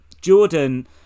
Jordan